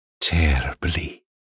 Terribly